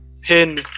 pin